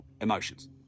emotions